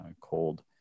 cold